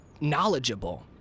knowledgeable